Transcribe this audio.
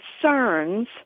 concerns